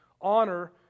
Honor